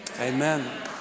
Amen